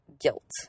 guilt